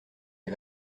les